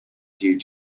due